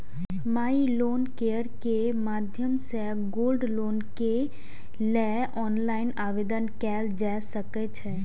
माइ Loan Care के माध्यम सं गोल्ड लोन के लेल ऑनलाइन आवेदन कैल जा सकै छै